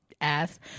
ass